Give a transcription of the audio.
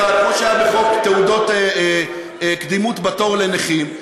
כמו שהיה בחוק תעודות קדימות בתור לנכים,